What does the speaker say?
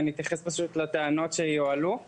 ונתייחס לטענות שיועלו כשנגיע?